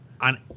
on